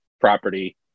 property